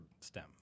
stem